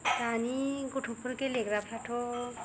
दानि गथ'फोर गेलेग्राफ्राथ'